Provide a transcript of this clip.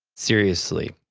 seriously.